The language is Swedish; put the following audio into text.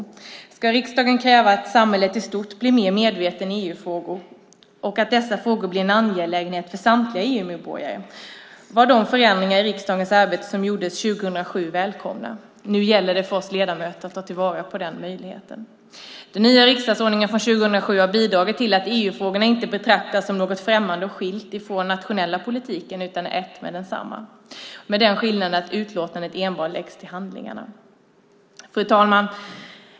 Med tanke på att riksdagen önskar att samhället i stort blir mer medvetet i EU-frågor och att dessa frågor blir en angelägenhet för samtliga EU-medborgare var de förändringar i riksdagens arbete som gjordes 2007 välkomna. Nu gäller det för oss ledamöter att ta vara på den möjligheten. Den nya riksdagsordningen från 2007 har bidragit till att EU-frågorna inte betraktas som något främmande och skilt från den nationella politiken utan är ett med densamma, med den skillnaden att utlåtanden enbart läggs till handlingarna. Fru talman!